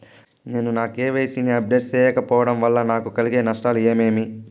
నేను నా కె.వై.సి ని అప్డేట్ సేయకపోవడం వల్ల నాకు కలిగే నష్టాలు ఏమేమీ?